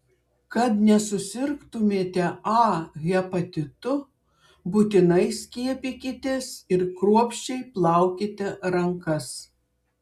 kad nesusirgtumėte a hepatitu būtinai skiepykitės ir kruopščiai plaukite rankas